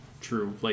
true